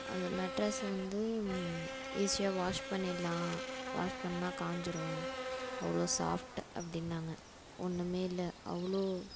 அந்த மேட்ரஸ்ஸு வந்து ஈஸியாக வாஷ் பண்ணிடலாம் வாஷ் பண்ணிணா காஞ்சிடும் அவ்வளோ சாஃப்ட் அப்படின்னாங்க ஒன்னும் இல்லை அவ்வளோ